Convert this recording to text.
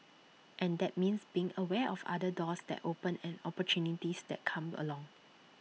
and that means being aware of other doors that open and opportunities that come along